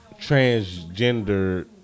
transgender